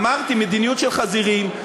אמרתי "מדיניות של חזירים",